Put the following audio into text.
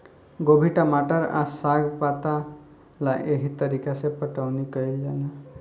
गोभी, टमाटर आ साग पात ला एह तरीका से पटाउनी कईल जाला